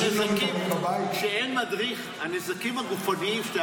הנזקים --- כשאין מדריך הנזקים הגופניים שאתה